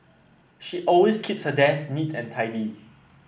she always keeps her desk neat and tidy